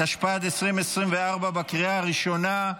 התשפ"ד 2024, בקריאה הראשונה.